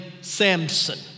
Samson